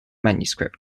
manuscript